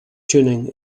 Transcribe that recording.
tuning